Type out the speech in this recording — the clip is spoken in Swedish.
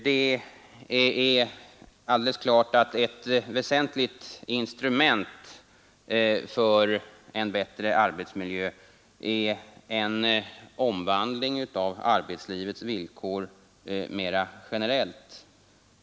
Det är alldeles klart att ett väsentligt instrument för en bättre arbetsmiljö är en omvandling av arbetslivets villkor mera generellt.